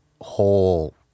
whole